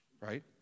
right